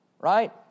Right